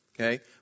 okay